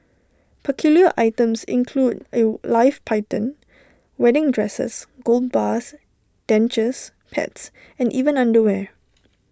peculiar items include A live python wedding dresses gold bars dentures pets and even underwear